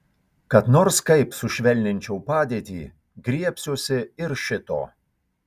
kad nors kaip sušvelninčiau padėtį griebsiuosi ir šito